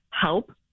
help